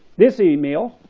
this email,